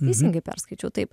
teisingai perskaičiau taip